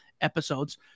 episodes